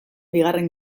bigarren